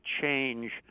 change